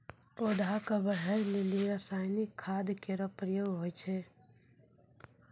पौधा क बढ़ै लेलि रसायनिक खाद केरो प्रयोग होय छै